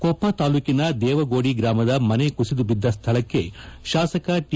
ಕೊಪ್ಪ ತಾಲೂಕಿನ ದೇವಗೋಡಿ ಗ್ರಾಮದ ಮನೆ ಕುಸಿದು ಬಿದ್ದ ಸ್ಥಳಕ್ಕೆ ಶಾಸಕ ಟಿ